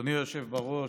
אדוני היושב-ראש,